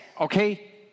Okay